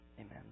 amen